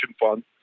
fund